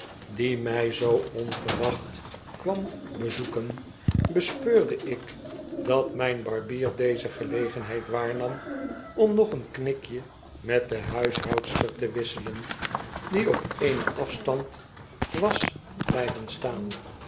die mij zoo onverwacht kwam bezoeken bespeurde ik dat myn barbier deze gelegenheid waarnarti om nog een knikje met de huishoudster te wisselen die op eenen afstand was blyven staan